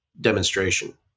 demonstration